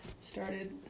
Started